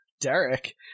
derek